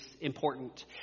important